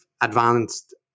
advanced